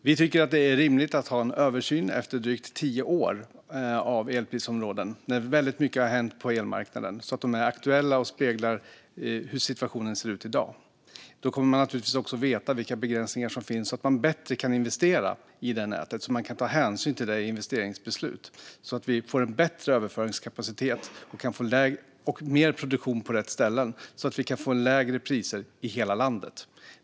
Herr talman! Vi tycker att det är rimligt att göra en översyn efter drygt tio år av elprisområden. Väldigt mycket har hänt på elmarknaden. Områdena ska vara aktuella och spegla hur situationen ser ut i dag. Då får man naturligtvis också veta vilka begränsningar som finns så att man bättre kan investera i nätet och ta hänsyn till det i investeringsbeslut. Vi behöver bättre överföringskapacitet och mer produktion på rätt ställen, så att man kan få lägre priser i hela landet.